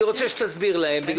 אני גם רוצה שתסביר להם.